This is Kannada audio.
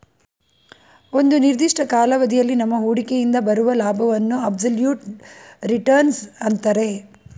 ಒಂದು ನಿರ್ದಿಷ್ಟ ಕಾಲಾವಧಿಯಲ್ಲಿ ನಮ್ಮ ಹೂಡಿಕೆಯಿಂದ ಬರುವ ಲಾಭವನ್ನು ಅಬ್ಸಲ್ಯೂಟ್ ರಿಟರ್ನ್ಸ್ ಅಂತರೆ